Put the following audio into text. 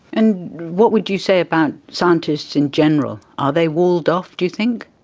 and what would you say about scientists in general? are they walled off, do you think?